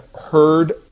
heard